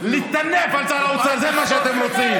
רק לטנף על שר האוצר, זה מה שאתם רוצים.